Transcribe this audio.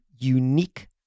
unique